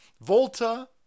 Volta